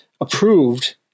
approved